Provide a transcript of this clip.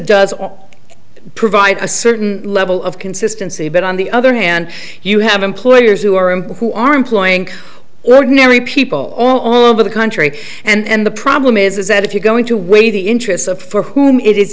does provide a certain level of consistency but on the other hand you have employers who are him who are employing ordinary people all over the country and the problem is is that if you're going to weigh the interests of for whom it is